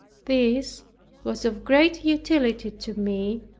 this was of great utility to me,